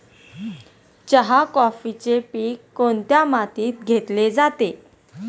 चहा, कॉफीचे पीक कोणत्या मातीत घेतले जाते?